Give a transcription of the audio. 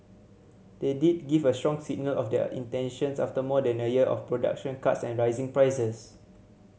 they did give a strong signal of their intentions after more than a year of production cuts and rising prices